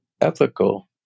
ethical